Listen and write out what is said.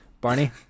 Barney